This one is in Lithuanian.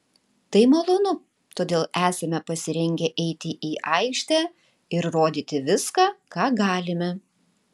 tai malonu todėl esame pasirengę eiti į aikštę ir rodyti viską ką galime